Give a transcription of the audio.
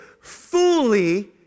fully